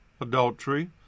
adultery